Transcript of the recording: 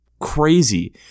crazy